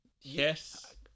Yes